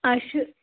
اسہِ چھُ